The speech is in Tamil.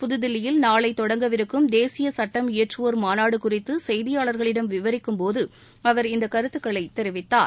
புதுதில்லியில் நாளை தொடங்கவிருக்கும் தேசிய சட்டம் இயற்றுவோர் மாநாடு குறித்து செய்தியாளர்களிடம் விவரிக்கும் போது அவர் இந்த கருத்துக்களைத் தெரிவித்தார்